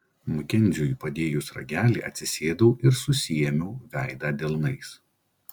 makenziui padėjus ragelį atsisėdau ir susiėmiau veidą delnais